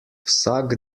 vsak